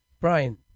Brian